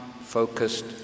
focused